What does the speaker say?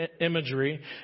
imagery